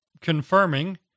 confirming